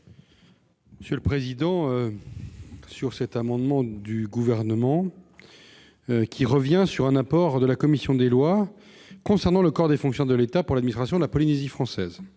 de la commission ? Cet amendement du Gouvernement revient sur un apport de la commission des lois concernant les corps de fonctionnaires de l'État pour l'administration de la Polynésie française.